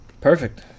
Perfect